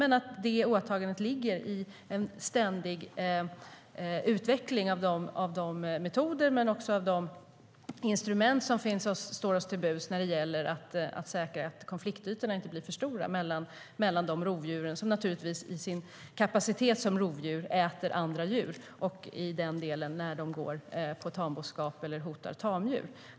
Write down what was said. I åtagandet ligger en ständig utveckling av de metoder och instrument som står till buds när det gäller att säkra att konfliktytorna inte blir för stora mellan de rovdjur som naturligtvis med sin kapacitet som rovdjur äter andra djur och när de går på tamboskap eller hotar tamdjur.